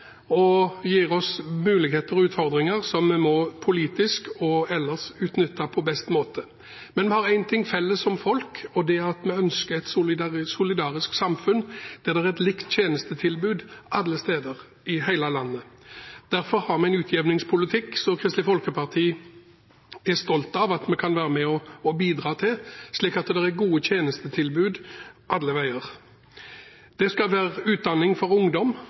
og gir oss muligheter og utfordringer som vi politisk og ellers må utnytte på best måte. Men vi har én ting felles som folk, og det er at vi ønsker et solidarisk samfunn der det er et likt tjenestetilbud alle steder i hele landet. Derfor har vi en utjevningspolitikk som Kristelig Folkeparti er stolt av at vi kan være med og bidra til, slik at det er gode tjenestetilbud alle steder. Det skal være utdanning for ungdom,